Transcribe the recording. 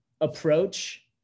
approach